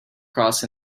cross